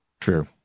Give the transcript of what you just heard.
True